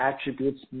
attributes